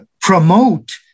promote